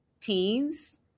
teens